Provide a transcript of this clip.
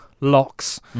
locks